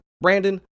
Brandon